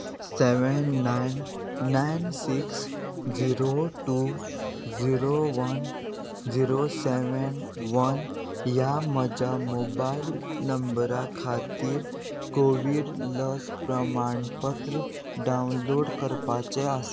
seven nine nine six zero two zero one zero seven one ह्या म्हज्या mobile नंबरा खातीर कोवीड लस प्रमाणपत्र डावनलोड करपाचें आसा